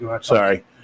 sorry